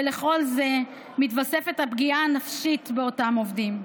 ולכל זה מתווספת הפגיעה הנפשית באותם עובדים.